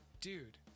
Dude